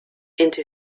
into